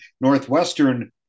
Northwestern